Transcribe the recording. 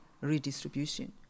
redistribution